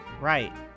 right